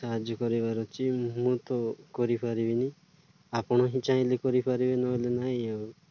ସାହାଯ୍ୟ କରିବାର ଅଛି ମୁଁ ତ କରିପାରିବିନି ଆପଣ ହିଁ ଚାହିଁଲେ କରିପାରିବେ ନହେଲେ ନାହିଁ ଆଉ